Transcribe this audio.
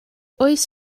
oes